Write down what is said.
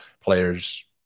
players